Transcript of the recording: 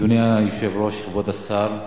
אדוני היושב-ראש, כבוד השר,